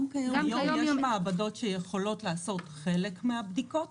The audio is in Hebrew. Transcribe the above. היום יש מעבדות שיכולות לעשות חלק מהבדיקות